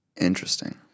Interesting